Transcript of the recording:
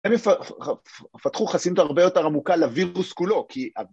הם יפתחו חסינות הרבה יותר עמוקה לווירוס כולו כי...